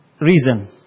reason